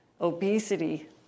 obesity